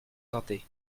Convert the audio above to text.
santé